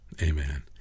amen